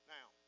Now